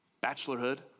bachelorhood